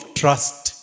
trust